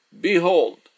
Behold